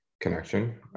connection